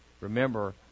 Remember